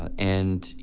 ah and, you